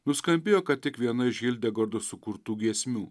nuskambėjo ką tik viena iš hildegardos sukurtų giesmių